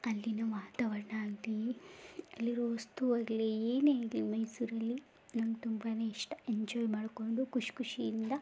ಅಲ್ಲಿನ ವಾತಾವರಣ ಆಗಲಿ ಅಲ್ಲಿರೋ ವಸ್ತುವಾಗಲಿ ಏನೇ ಇರಲಿ ಮೈಸೂರಲ್ಲಿ ನನ್ಗೆ ತುಂಬನೇ ಇಷ್ಟ ಎಂಜಾಯ್ ಮಾಡಿಕೊಂಡು ಖುಷಿ ಖುಷಿಯಿಂದ